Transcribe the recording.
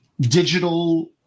digital